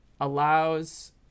allows